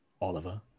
Oliver